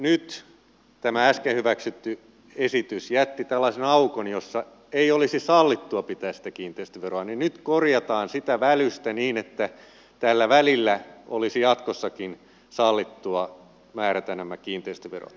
kun nyt tämä äsken hyväksytty esitys jätti tällaisen aukon jossa ei olisi sallittua pitää sitä kiinteistöveroa niin nyt korjataan sitä välystä niin että tällä välillä olisi jatkossakin sallittua määrätä nämä kiinteistöverot